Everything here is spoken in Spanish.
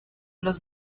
los